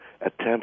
attempts